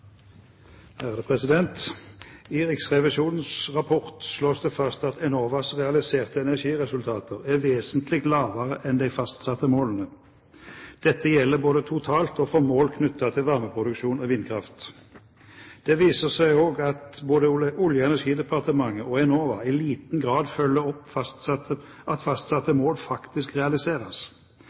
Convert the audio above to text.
vesentlig lavere enn de fastsatte målene. Dette gjelder både totalt og for mål knyttet til varmeproduksjon og vindkraft. Det viser seg også at både Olje- og energidepartementet og Enova i liten grad følger opp at fastsatte mål faktisk realiseres.